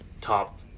top